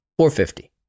$450